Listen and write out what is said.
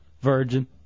virgin